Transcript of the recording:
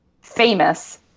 famous